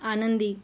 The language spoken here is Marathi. आनंदी